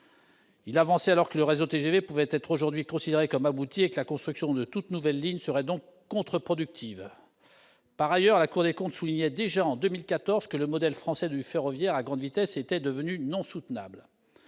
Il avançait alors que le réseau TGV pouvait être aujourd'hui considéré comme abouti et que la construction de toute nouvelle ligne serait donc contre-productive. Par ailleurs, la Cour des comptes soulignait déjà en 2014 que le modèle français du ferroviaire à grande vitesse était devenu non soutenable.